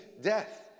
death